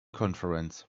conference